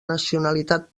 nacionalitat